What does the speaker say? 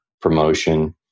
promotion